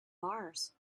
mars